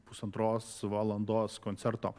pusantros valandos koncerto